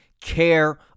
care